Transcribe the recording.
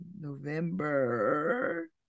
November